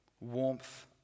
warmth